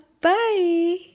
Bye